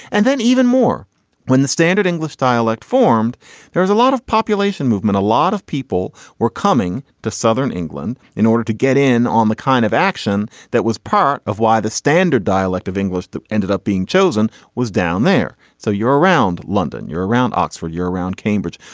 and then even more when the standard english dialect formed there is a lot of population movement a lot of people were coming to southern england in order to get in on the kind of action that was part of why the standard dialect of english ended up being chosen was down there. so you're around london you're around oxford you're around cambridge.